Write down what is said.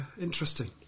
interesting